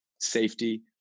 safety